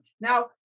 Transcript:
Now